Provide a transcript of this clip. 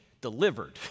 delivered